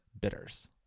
bitters